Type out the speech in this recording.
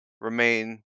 remain